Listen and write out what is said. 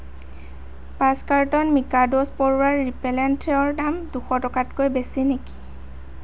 পাঁচ কাৰ্টন মিকাডোজ পৰুৱা ৰিপেলেণ্টৰ দাম দুশ টকাতকৈ বেছি নেকি